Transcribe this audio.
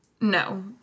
No